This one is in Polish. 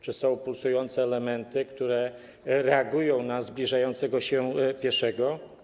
Czy posiadają pulsujące elementy, które reagują na zbliżającego się pieszego?